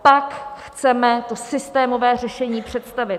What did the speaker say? A pak chceme to systémové řešení představit.